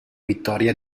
vittoria